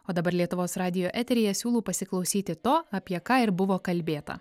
o dabar lietuvos radijo eteryje siūlau pasiklausyti to apie ką ir buvo kalbėta